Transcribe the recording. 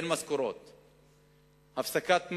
הפסקות מים,